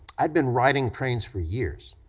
i'd been riding trains for years.